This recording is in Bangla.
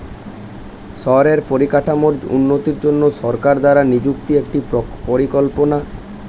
শহরের পরিকাঠামোর উন্নতির জন্য সরকার দ্বারা নিযুক্ত একটি পরিকল্পনা